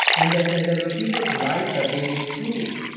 and then the like people's lives are being improved.